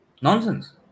Nonsense